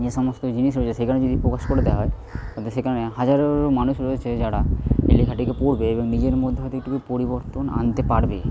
যে সমস্ত জিনিস রয়েছে সেখানে যদি প্রকাশ করে দেওয়া হয় তবে সেখানে হাজারো মানুষ রয়েছে যারা এই লেখাটাকে পড়বে এবং নিজের মধ্যে হয়ত একটু পরিবর্তন আনতে পারবে